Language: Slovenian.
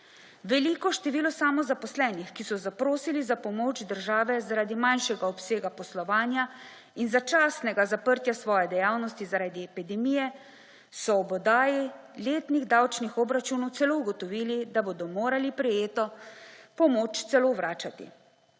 Veliko število samozaposlenih, ki so zaprosili za pomoč države zaradi manjšega obsega poslovanja in začasnega zaprtja svoje dejavnosti zaradi epidemije so ob oddaji letnih davčnih obračunov celo ugotovili, da bodo morali prejeto pomoč celo vračati,